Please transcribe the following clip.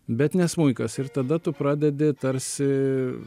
bet ne smuikas ir tada tu pradedi tarsi